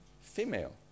Female